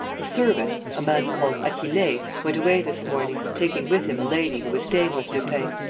the servant, a man called achille, went away this morning, taking with him a lady who was staying with lupin.